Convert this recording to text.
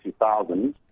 2000